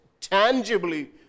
tangibly